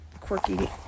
quirky